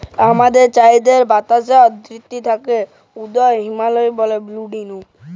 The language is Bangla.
আমাদের চাইরদিকের বাতাসে যে আদ্রতা থ্যাকে উয়াকে হুমিডিটি ব্যলে